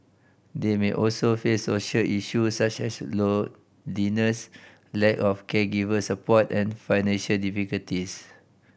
they may also face social issues such as loneliness lack of caregiver support and financial difficulties